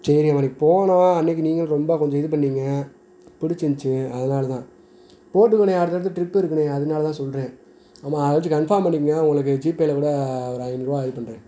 சரி அங்கண்ணே போனோம் அன்றைக்கி நீங்கள் ரொம்ப கொஞ்சம் இது பண்ணீங்க பிடிச்சிருந்ச்சு அதனால் தான் போட்டுக்கோண்ணே அடுத்து அடுத்து ட்ரிப் இருக்குண்ணே அதனால தான் சொல்கிறேன் ஆமாம் அதை வச்சி கன்ஃபார்ம் பண்ணிக்கோங்க உங்களுக்கு ஜி பேயில் கூட ஒரு ஐந்நூறுவா இது பண்ணுறேன்